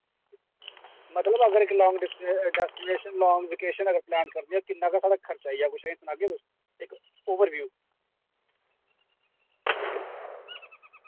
मतलब अगर इक लांग डेस्टिन डेस्टिनेशन लांग वेकेशन अगर प्लैन करनी ते किन्ना क साढ़ा खर्चा आई या कुछ ए सनागे तुस इक ओवरव्यू